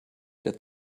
der